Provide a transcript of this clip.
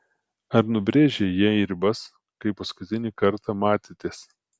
ar nubrėžei jai ribas kai paskutinį kartą matėtės